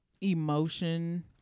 emotion